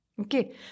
Okay